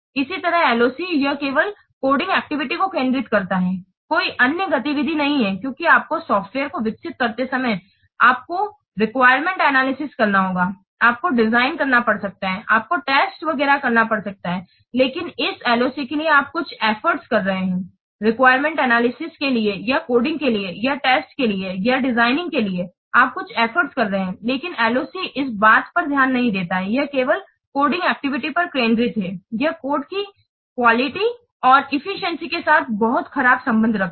इसी तरह LOC यह केवल कोडन एक्टिविटी को केंद्रित करता है कोई अन्य गतिविधि नहीं है क्योंकि आपको सॉफ़्टवेयर को विकसित करते समय आपको रेक्विरेमेंट एनालिसिस करना होगा आपको डिज़ाइन करना पड़ सकता है आपको टेस्ट वगैरह करना पड़ सकता है लेकिन इस LOC के लिए आप कुछ एफर्ट कर रहे हैं रेक्विरेमेंट एनालिसिस के लिए या कोडिंग के लिए या टेस्ट के लिए या डिजाइनिंग के लिए आप कुछ एफर्ट कर रहे हैं लेकिन LOC इस बात पर ध्यान नहीं देता है यह केवल कोडिंग एक्टिविटी पर केंद्रित है यह कोड की क्वालिटी और एफिशिएंसी के साथ बहुत खराब संबंध रखता है